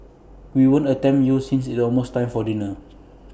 we won't tempt you since it's almost time for dinner